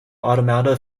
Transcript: automata